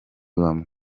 bamwe